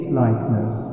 likeness